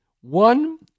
One